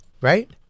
right